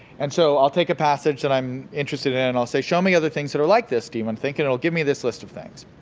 and so, i'll take a passage that i'm interested in and i'll say, show me other things that are like this. do you wanna and think? and it'll give me this list of things.